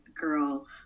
Girl